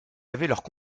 avaient